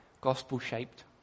gospel-shaped